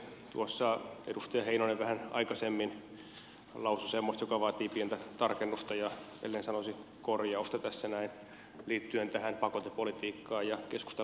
tuossa edustaja heinonen vähän aikaisemmin lausui semmoista joka vaatii pientä tarkennusta etten sanoisi korjausta tässä näin liittyen tähän pakotepolitiikkaan ja keskustan linjaan